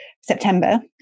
September